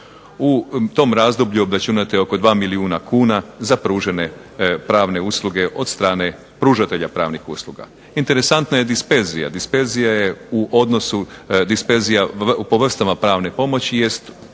U tom razdoblju obračunato je oko 2 milijuna kuna za pružene pravne usluge od strane pružatelja pravnih usluga. Interesantna je disperzija, disperzija je u odnosu, disperzija po vrstama pravne pomoći jest